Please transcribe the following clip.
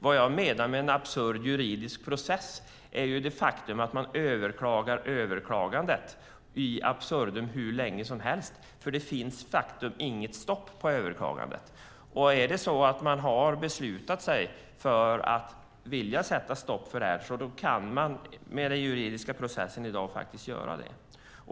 Vad jag menar med en absurd juridisk process är det faktum att man överklagar överklagandet in absurdum hur länge som helst. Det finns inget stopp på överklagandet. Om man har beslutat sig för att sätta stopp för mineralbrytning kan man med den juridiska processen i dag faktiskt göra det.